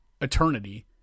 Eternity